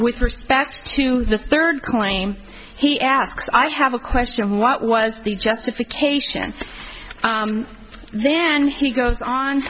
with respect to the third claim he asks i have a question of what was the justification then he goes on